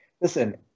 listen